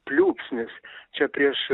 pliūpsnis čia prieš